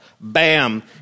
Bam